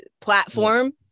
platform